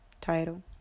title